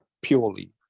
purely